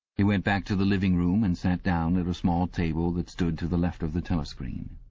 he went back to the living-room and sat down at a small table that stood to the left of the telescreen.